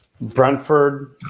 Brentford